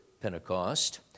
Pentecost